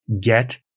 get